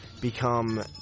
become